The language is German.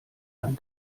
ein